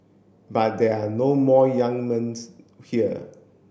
but there are no more young men's here